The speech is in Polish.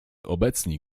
obecni